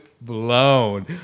blown